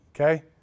okay